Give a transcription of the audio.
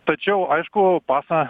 tačiau aišku pasą